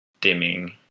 dimming